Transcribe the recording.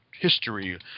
history